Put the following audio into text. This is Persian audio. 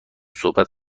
صحبت